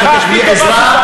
אני מבקש בלי עזרה,